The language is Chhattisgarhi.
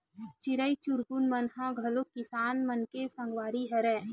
चिरई चिरगुन मन ह घलो किसान मन के संगवारी हरय